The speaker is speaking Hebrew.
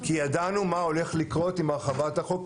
כי ידענו מה הולך לקרות עם הרחבת החוק,